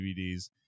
DVDs